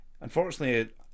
unfortunately